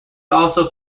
also